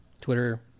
Twitter